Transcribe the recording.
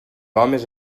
homes